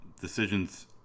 decisions